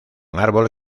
árbol